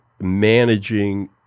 managing